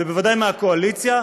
ובוודאי מהקואליציה,